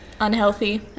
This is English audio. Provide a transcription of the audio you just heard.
unhealthy